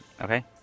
Okay